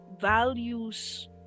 values